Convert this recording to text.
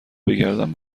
بگردم